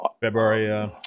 February